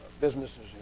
businesses